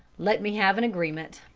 let me have an agreement.